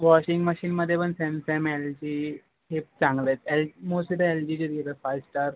washing मशीनमध्ये पण Samsung L G हेच चांगले आहेत एल मोस्टली तर एल जीचं घेतात फाईव स्टार